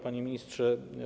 Panie Ministrze!